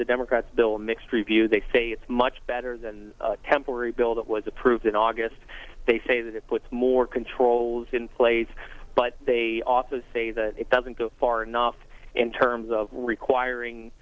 democrats bill mixed review they say it's much better than temporary bill that was approved in august they say that it puts more controls in place but they often say that it doesn't go far enough in terms of requiring